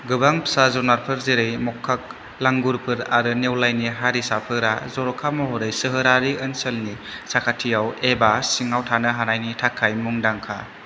गोबां फिसा जुनारफोर जेरै मकाक लांगुरफोर आरो नेवलाइनि हारिसाफोरा जर'खा महरै सोहोरारि ओनसोलनि साखाथियाव एबा सिङाव थानो हानायनि थाखाय मुंदांखा